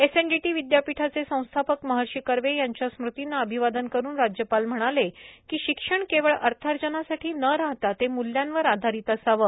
SNDT विदयापीठाचे संस्थापक महर्षी कर्वे यांच्या स्मृतींना अभिवादन करून राज्यपाल म्हणाले शिक्षण केवळ अर्थार्जनासाठी न राहता ते मूल्यांवर आधारित असावे